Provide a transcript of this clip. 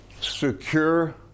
Secure